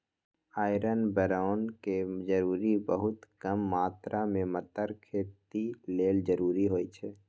iron बैरौन के जरूरी बहुत कम मात्र में मतर खेती लेल जरूरी होइ छइ